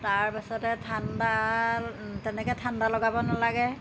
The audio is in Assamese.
তাৰপাছতে ঠাণ্ডা তেনেকৈ ঠাণ্ডা লগাব নালাগে